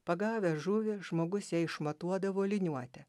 pagavęs žuvį žmogus ją išmatuodavo liniuote